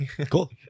cool